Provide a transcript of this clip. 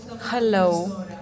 Hello